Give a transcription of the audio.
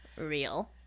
real